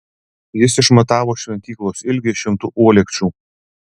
jis išmatavo šventyklos ilgį šimtu uolekčių